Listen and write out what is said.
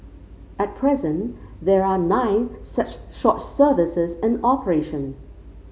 at present there are nine such short services in operation